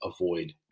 avoid